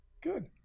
Good